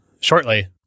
shortly